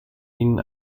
ihnen